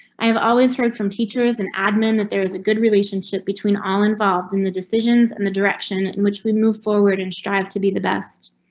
i have always heard from teachers and admin that there was a good relationship between all involved in the decisions and the direction in which we move forward and strive to be the best.